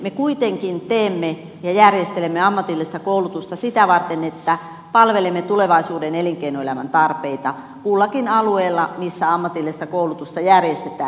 me kuitenkin teemme ja järjestelemme ammatillista koulutusta sitä varten että palvelemme tulevaisuuden elinkeinoelämän tarpeita kullakin alueella missä ammatillista koulutusta järjestetään